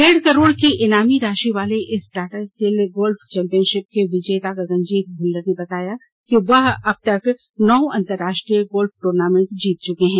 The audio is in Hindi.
डेढ़ करोड़ की ईनामी राशि वाले इस टाटा स्टील गोल्फ चौंपियनशिप के विजेता गगनजीत भुल्लर ने बताया कि वह अब तक नौ अंतरराष्ट्रीय गोल्फ ट्र्नामेंट जीत चुके हैं